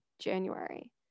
January